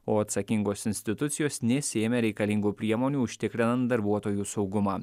o atsakingos institucijos nesiėmė reikalingų priemonių užtikrinan darbuotojų saugumą